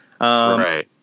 Right